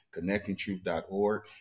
ConnectingTruth.org